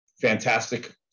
Fantastic